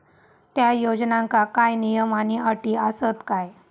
त्या योजनांका काय नियम आणि अटी आसत काय?